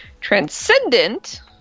transcendent